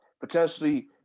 potentially